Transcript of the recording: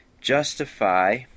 justify